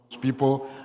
people